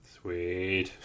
Sweet